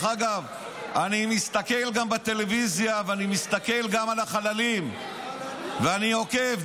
אני מסתכל גם בטלוויזיה ואני מסתכל גם על החללים ואני עוקב.